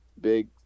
big